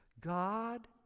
God